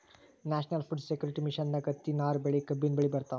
national food security ಮಿಷನ್ದಾಗ್ ಹತ್ತಿ, ನಾರ್ ಬೆಳಿ, ಕಬ್ಬಿನ್ ಬೆಳಿ ಬರ್ತವ್